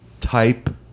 type